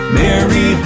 mary